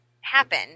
happen